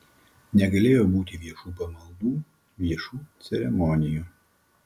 negalėjo būti viešų pamaldų viešų ceremonijų